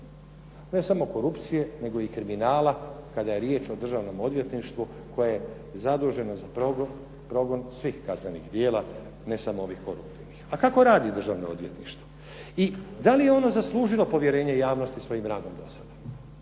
Ne samo korupcije, nego i kriminala kada je riječ o Državnom odvjetništvu koje je zaduženo za progon svih kaznenih djela, ne samo ovih koruptivnih. A kako radi Državno odvjetništvo i da li je ono zaslužilo povjerenje javnosti svojim … /Govornik